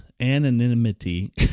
anonymity